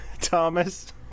Thomas